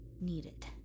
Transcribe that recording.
needed